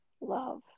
love